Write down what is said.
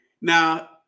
Now